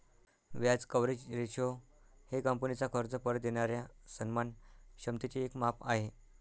व्याज coverage ratio हे कंपनीचा कर्ज परत देणाऱ्या सन्मान क्षमतेचे एक माप आहे